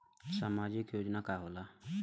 सामाजिक योजना का होला?